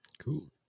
Cool